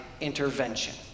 intervention